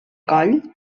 coll